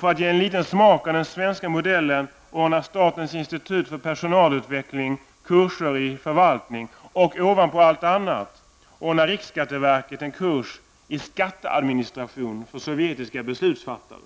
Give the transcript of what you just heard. För att ge en liten smak av den svenska modellen ordnar statens institut för personalutveckling kurser i förvaltning, och ovanpå allt annat ordnar riksskatteverket en kurs i skatteadministration för sovjetiska beslutsfattare.